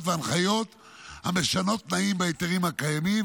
והנחיות המשנות תנאים בהיתרים הקיימים,